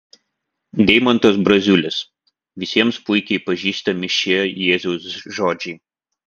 deimantas braziulis visiems puikiai pažįstami šie jėzaus žodžiai